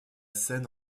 seine